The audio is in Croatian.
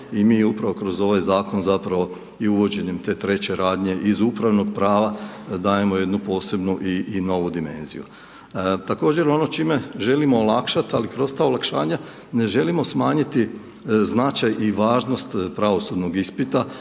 i mi upravo kroz ovaj Zakon i uvođenjem te treće radnje iz upravnog prava, dajemo jednu posebnu i novu dimenziju. Također ono čime želimo olakšat, ali kroz ta olakšanja ne želimo smanjiti značaj i važnost pravosudnog ispita